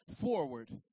forward